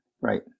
right